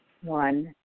One